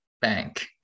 bank